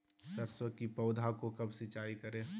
सरसों की पौधा को कब सिंचाई करे?